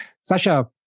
Sasha